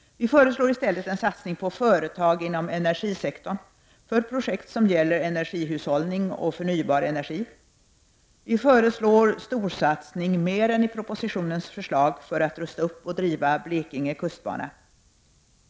Vi föreslår i stället satsning på företag inom energisektorn för projekt som gäller energihushållning och förnybar energi, vi föreslår storsatsning, mer än i propositionens förslag, för att rusta upp och driva Blekinge kustbana.